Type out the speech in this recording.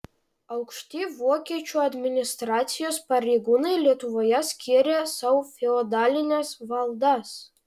aukšti vokiečių administracijos pareigūnai lietuvoje skyrė sau feodalines valdas